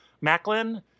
Macklin